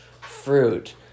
fruit